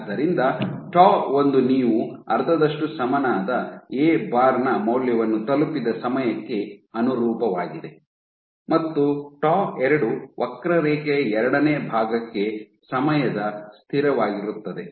ಆದ್ದರಿಂದ ಟೌ ಒಂದು ನೀವು ಅರ್ಧದಷ್ಟು ಸಮನಾದ ಎ ಬಾರ್ ನ ಮೌಲ್ಯವನ್ನು ತಲುಪಿದ ಸಮಯಕ್ಕೆ ಅನುರೂಪವಾಗಿದೆ ಮತ್ತು ಟೌ ಎರಡು ವಕ್ರರೇಖೆಯ ಎರಡನೇ ಭಾಗಕ್ಕೆ ಸಮಯದ ಸ್ಥಿರವಾಗಿರುತ್ತದೆ